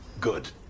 Good